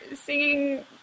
singing